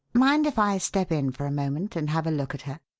mind if i step in for a moment and have a look at her?